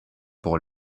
pour